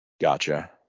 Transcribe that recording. Gotcha